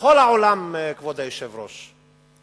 בכל העולם, כבוד היושב-ראש,